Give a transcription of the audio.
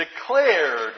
declared